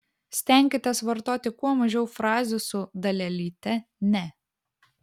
stenkitės vartoti kuo mažiau frazių su dalelyte ne